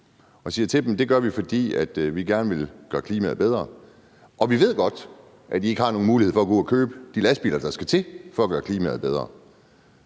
vi siger til dem, at det gør vi, fordi vi gerne vil gøre klimaet bedre, og vi ved godt, at de ikke har nogen mulighed for at gå ud og købe de lastbiler, der skal til for at gøre klimaet bedre.